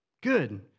good